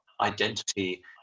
identity